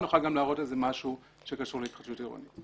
נוכל גם להראות איזה משהו שקשור להתחדשות עירונית.